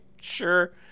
sure